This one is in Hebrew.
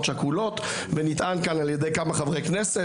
שכולות ונטען כאן על ידי כמה חברי כנסת,